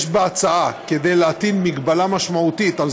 יש בהצעה כדי להטיל מגבלה משמעותית על